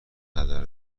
هدر